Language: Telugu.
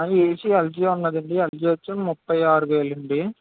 ఆ ఏసీ ఎల్జీ ఉన్నదండి ఎల్జీ వచ్చి ముఫై ఆరు వేలండీ